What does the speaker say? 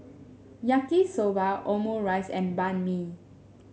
Yaki Soba Omurice and Banh Mi